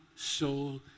soul